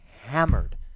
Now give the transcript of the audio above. hammered